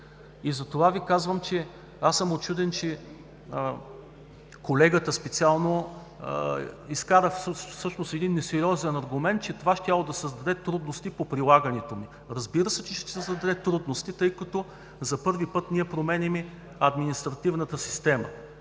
Затова Ви казвам, че съм учуден, че специално колегата изкара всъщност несериозен аргумент – това щяло да създаде трудности по прилагането му. Разбира се, че ще създаде трудности, тъй като за първи път променяме административната система